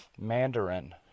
Mandarin